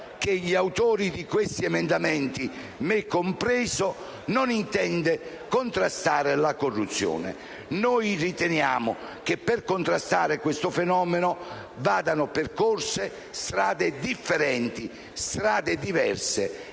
grazie a tutto